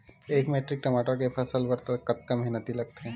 एक मैट्रिक टमाटर के फसल बर कतका मेहनती लगथे?